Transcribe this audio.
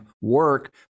work